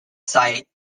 site